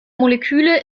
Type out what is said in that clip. moleküle